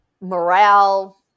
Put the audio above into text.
morale